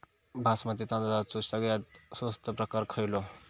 बासमती तांदळाचो सगळ्यात स्वस्त प्रकार खयलो?